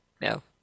No